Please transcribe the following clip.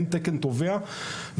של